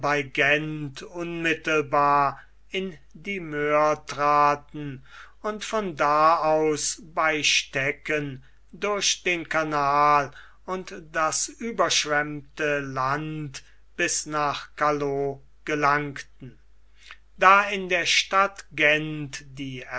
unmittelbar in die moer traten und von da aus bei stecken durch den kanal und durch das überschwemmte land bis nach calloo gelangten da in der stadt gent die